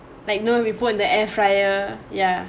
like you know we put in the air fryer ya